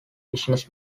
business